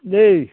दे